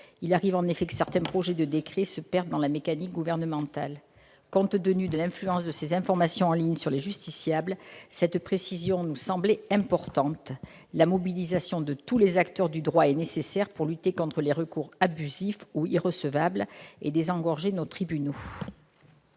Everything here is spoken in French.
Il arrive en effet que certains projets de décret se perdent dans la mécanique gouvernementale ... Compte tenu de l'influence de ces informations disponibles en ligne sur les justiciables, apporter cette précision nous semble important. La mobilisation de tous les acteurs du droit est nécessaire pour lutter contre les recours abusifs ou irrecevables et désengorger nos tribunaux.